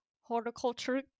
Horticulture